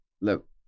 look